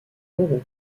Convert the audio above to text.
moreau